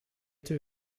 too